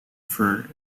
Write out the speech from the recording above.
for